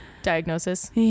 Diagnosis